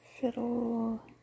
Fiddle